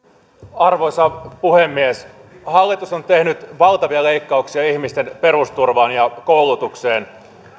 arvoisa puhemies hallitus on tehnyt valtavia leikkauksia ihmisten perusturvaan ja koulutukseen